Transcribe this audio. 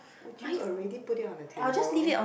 would you already put it on the table